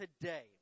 today